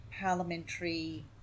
Parliamentary